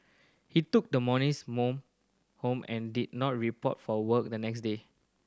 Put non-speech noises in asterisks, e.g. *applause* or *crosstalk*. he took the monies *unintelligible* home and did not report for work the next day